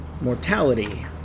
mortality